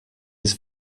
his